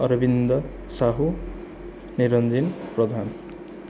Arvind Sahu Niranjan Pradhan